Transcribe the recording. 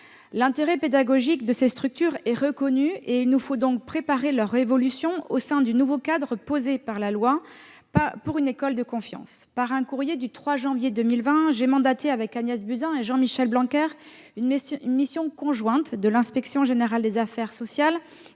L'intérêt pédagogique de ces structures est reconnu. Il nous faut donc préparer leur évolution au sein du nouveau cadre posé par la loi pour une école de la confiance. Par courrier du 3 janvier 2020, j'avais mandaté, avec Agnès Buzyn et Jean-Michel Blanquer, une mission conjointe de l'inspection générale des affaires sociales